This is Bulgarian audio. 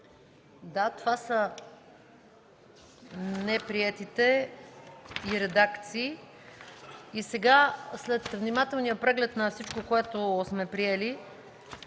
Да, това са неприетите и редакции. След внимателния преглед на всичко, което сме приели,